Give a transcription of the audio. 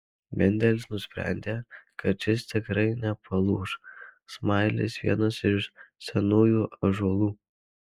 mendelis nusprendė kad šis tikrai nepalūš smailis vienas iš senųjų ąžuolų